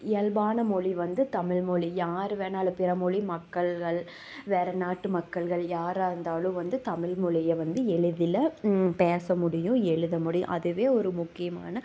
இயல்பான மொழி வந்து தமிழ் மொழி யார் வேணுணாலும் பிற மொழி மக்கள்கள் வேற நாட்டு மக்கள்கள் யாராக இருந்தாலும் வந்து தமிழ் மொழியை வந்து எளிதில் ம் பேச முடியும் எழுத முடியும் அதுவே ஒரு முக்கியமான